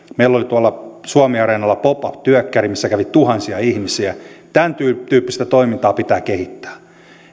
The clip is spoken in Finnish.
meillä oli tuolla suomiareenalla pop up työkkäri missä kävi tuhansia ihmisiä tämäntyyppistä toimintaa pitää kehittää